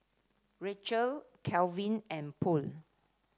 Rachel Kalvin and Purl